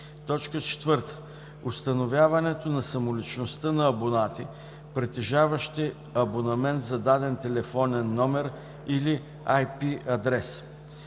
4. установяването на самоличността на абонати, притежаващи абонамент за даден телефонен номер или IP адрес;